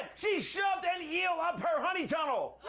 she shoved an eel up her honey tunnel.